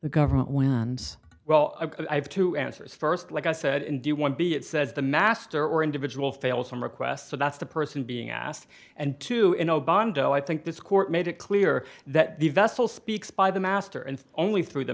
the government will well i have two answers st like i said do you want to be it says the master or individual fails on request so that's the person being asked and two in a bond oh i think this court made it clear that the vessel speaks by the master and only through the